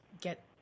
get